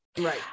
Right